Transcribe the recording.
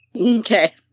okay